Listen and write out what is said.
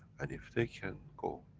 and if they can go,